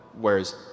whereas